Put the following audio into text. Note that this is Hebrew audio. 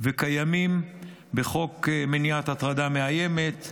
וקיימים בחוק מניעת הטרדה מאיימת,